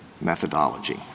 methodology